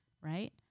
right